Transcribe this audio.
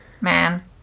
man